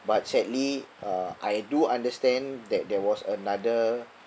but sadly uh I do understand that there was another